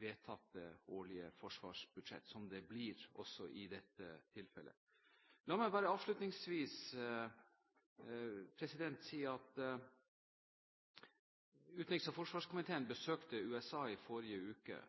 vedtatte, årlige forsvarsbudsjettet, som det også blir i dette tilfellet. La meg bare avslutningsvis si at utenriks- og forsvarskomiteen besøkte USA i forrige uke.